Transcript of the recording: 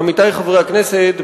עמיתי חברי הכנסת,